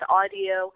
audio